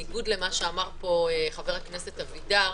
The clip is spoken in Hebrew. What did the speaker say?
בניגוד למה שאמר חבר הכנסת אבידר,